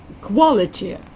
quality